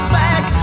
back